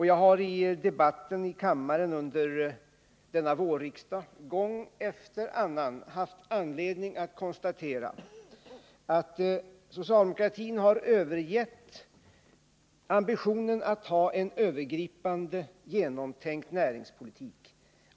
Jag har i debatter i kammaren under denna vårriksdag gång efter annan haft anledning konstatera att socialdemokratin har övergivit ambitionen att föra en övergripande genomtänkt näringspolitik.